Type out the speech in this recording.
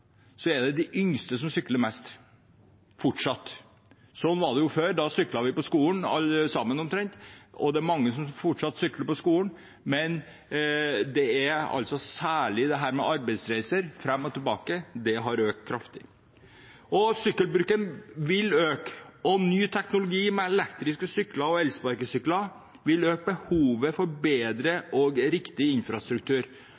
vi til skolen, omtrent alle sammen. Det er fortsatt mange som sykler til skolen, men det er særlig arbeidsreiser fram og tilbake som har økt kraftig. Sykkelbruken vil øke, og ny teknologi med elektriske sykler og elsparkesykler vil øke behovet for